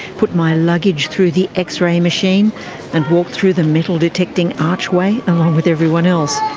put my luggage through the x-ray machine and walked through the metal detecting archway along with everyone else.